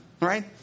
right